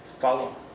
follow